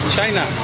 China